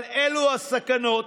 אבל אלו הסכנות